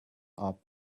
are